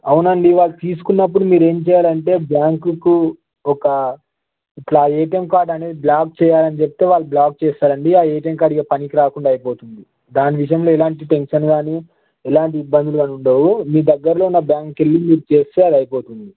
అవును అండి వాళ్ళు తీసుకున్నప్పుడు మీరు ఏం చేయాలంటే బ్యాంకుకు ఒక ఇట్లా ఎటిఎమ్ కార్డు అనేది బ్లాక్ చేయాలని చెప్తే వాళ్ళు బ్లాక్ చేస్తారు అండి ఆ ఎటిఎమ్ కార్డు ఇక పనికిరకుండా అయిపోతుంది దాని విషయంలో ఎలాంటి టెన్షన్ గానీ ఎలాంటి ఇబ్బందులు గానీ ఉండవు మీ దగ్గరలో ఉన్న బ్యాంకెళ్ళి మీరు చేస్తే అది అయిపోతుంది